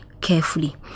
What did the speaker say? carefully